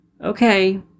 okay